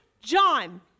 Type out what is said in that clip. john